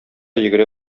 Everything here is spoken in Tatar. йөгерә